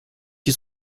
qui